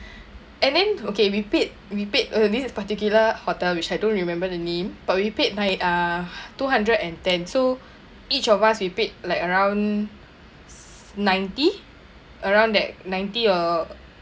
and then okay repeat repeat this is particular hotel which I don't remember the name but we paid like uh two hundred and ten so each of us we paid like around ninety around that ninety or